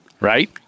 right